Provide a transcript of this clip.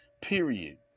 period